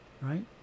Right